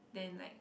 then like